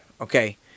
okay